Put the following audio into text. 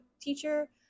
teacher